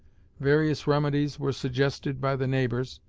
various remedies were suggested by the neighbors,